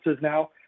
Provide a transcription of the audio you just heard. Now